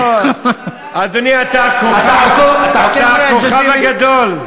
אדוני, אתה הכוכב הגדול.